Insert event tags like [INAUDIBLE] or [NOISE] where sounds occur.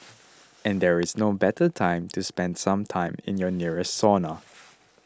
[NOISE] and there is no better time to spend some time in your nearest sauna [NOISE]